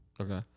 Okay